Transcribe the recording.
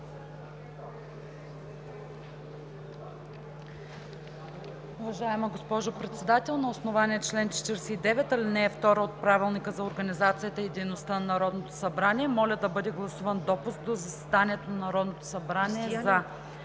Уважаема госпожо Председател, на основание чл. 49, ал. 2 от Правилника за организацията и дейността на Народното събрание моля да бъде гласуван допуск до заседанието на Народното събрание